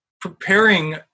preparing